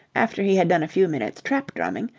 after he had done a few minutes trap-drumming,